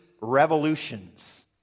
revolutions